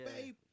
babe